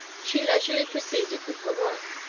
she leisurely proceeded with her work,